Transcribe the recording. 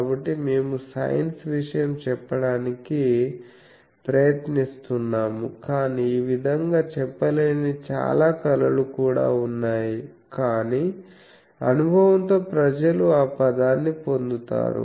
కాబట్టి మేము సైన్స్ విషయం చెప్పడానికి ప్రయత్నిస్తున్నాము కానీ ఈ విధంగా చెప్పలేని చాలా కళలు కూడా ఉన్నాయి కానీ అనుభవంతో ప్రజలు ఆ పదాన్ని పొందుతారు